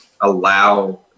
allow